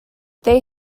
they